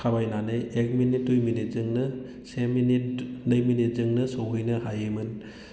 थाबायनानै एक मिनिट दुइ मिनिटजोंनो से मिनिट नै मिनिटजोंनो सहैनो हायोमोन